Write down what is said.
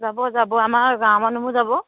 যাব যাব আমাৰ গাঁৱৰ মানুহবোৰ যাব